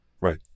Right